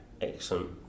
Excellent